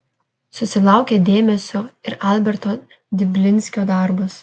susilaukė dėmesio ir alberto diblinskio darbas